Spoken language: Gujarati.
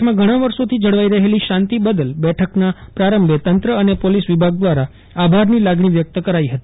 કચ્છમાં ઘણાં વર્ષોથી જળવાઈ રહેલી શાંતિ બદલ બેઠકનાં પ્રારંભે તંત્ર અને પોલીસ વિભાગ દ્વારા આભારની લાગણી વ્યક્ત કરાઇ હતી